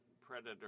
predator